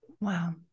Wow